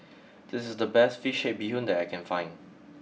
this is the best Fish Head Bee Hoon that I can find